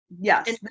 yes